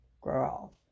girl